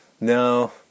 No